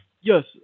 Yes